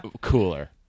cooler